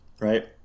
right